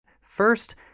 First